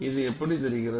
இது எப்படி தெரிகிறது